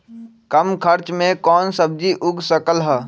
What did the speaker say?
कम खर्च मे कौन सब्जी उग सकल ह?